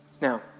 Now